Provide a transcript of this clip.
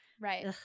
right